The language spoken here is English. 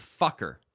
fucker